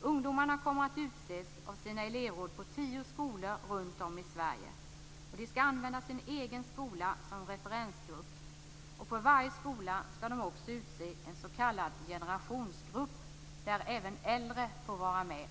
Ungdomarna kommer att utses av sina elevråd på tio skolor runt om i Sverige. De skall använda sin egen skola som referensgrupp. På varje skola skall de också utse en s.k. generationsgrupp, där även äldre får vara med.